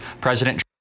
President